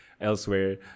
elsewhere